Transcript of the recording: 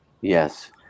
yes